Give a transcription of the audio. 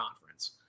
conference